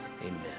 Amen